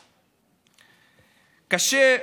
קושניר.